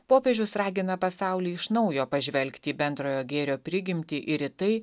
popiežius ragina pasaulį iš naujo pažvelgti į bendrojo gėrio prigimtį ir į tai